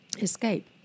escape